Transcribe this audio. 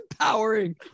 empowering